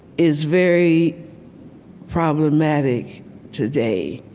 is very problematic today.